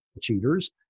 cheaters